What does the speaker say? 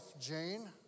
Jane